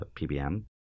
PBM